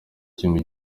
kimwe